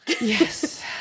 Yes